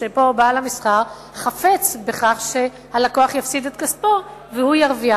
שבו בעל זירת המסחר חפץ בכך שהלקוח יפסיד את כספו והוא ירוויח.